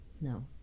No